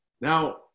Now